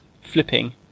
flipping